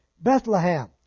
Bethlehem